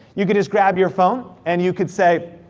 you could just grab your phone, and you could say,